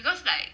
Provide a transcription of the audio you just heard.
because like